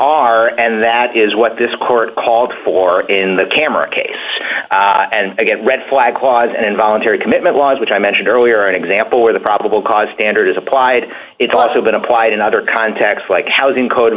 are and that is what this court called for in the camera case and i get red flag was an involuntary commitment was which i mentioned earlier an example where the probable cause standard is applied it's also been applied in other contexts like housing code